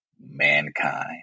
mankind